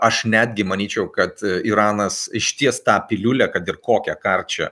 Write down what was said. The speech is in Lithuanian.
aš netgi manyčiau kad iranas išties tą piliulę kad ir kokią karčią